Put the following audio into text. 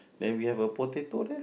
then we have a potato lah